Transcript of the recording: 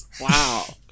Wow